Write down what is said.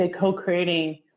co-creating